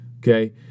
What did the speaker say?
okay